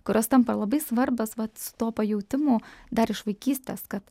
kurios tampa labai svarbios vat su tuo pajautimu dar iš vaikystės kad